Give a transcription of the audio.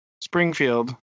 Springfield